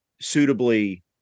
suitably